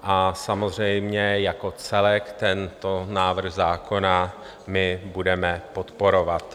A samozřejmě jako celek tento návrh zákona my budeme podporovat.